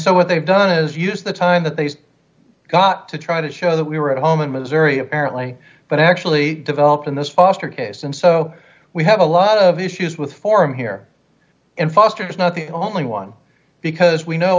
so what they've done is use the time that they got to try to show that we were at home in missouri apparently but actually developed in this foster case and so we have a lot of issues with form here in foster is not the only one because we know